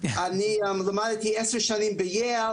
אני למדתי 10 שנים ביל,